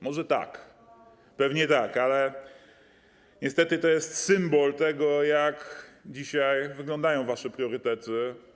Może tak, pewnie tak, ale niestety to jest symbol tego, jak dzisiaj wyglądają wasze priorytety.